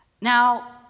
Now